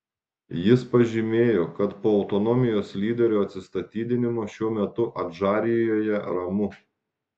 jis pažymėjo kad po autonomijos lyderio atsistatydinimo šiuo metu adžarijoje ramu